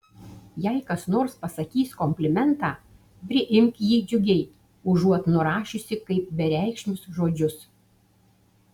jei kas nors pasakys komplimentą priimk jį džiugiai užuot nurašiusi kaip bereikšmius žodžius